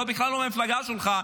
בכלל לא מהמפלגה שלך,